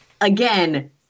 again